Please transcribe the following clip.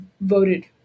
voted